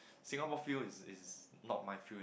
Singapore fuel is is not my fuel in